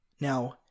Now